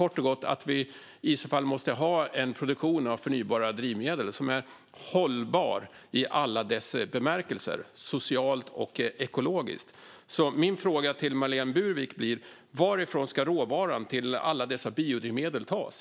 Då måste vi, kort och gott, ha en produktion av förnybara drivmedel som är hållbar i alla bemärkelser, socialt och ekologiskt. Därför blir min fråga till Marlene Burwick: Varifrån ska råvaran till alla dessa biodrivmedel tas?